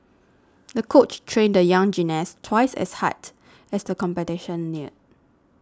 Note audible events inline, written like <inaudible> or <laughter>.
<noise> the coach trained the young gymnast twice as hard as the competition neared